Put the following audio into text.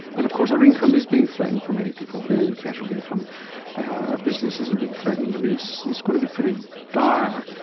and of course our income is being threatened for many people, usually casual income, our businesses are being threatened, it's going to be pretty dire.